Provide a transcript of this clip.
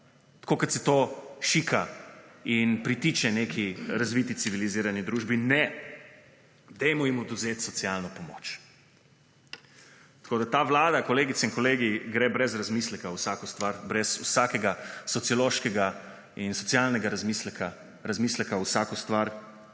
tako kot se to šika in pritiče neki razviti civilizirani družbi. Ne, dajmo jim odvzeti socialno pomoč. Tako, da ta Vlada, kolegice in kolegi, gre brez razmisleka v vsako stvar, brez vsakega sociološkega in socialnega razmisleka, razmisleka